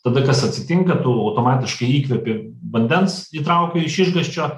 tada kas atsitinka tu automatiškai įkvepi vandens įtrauki iš išgąsčio